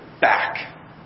back